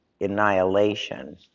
annihilation